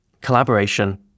collaboration